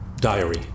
diary